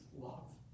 love